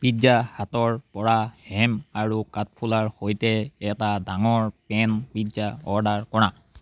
pizza হাটৰ পৰা ham আৰু কাঠফুলাৰ সৈতে এটা ডাঙৰ পেন পিজ্জা অৰ্ডাৰ কৰা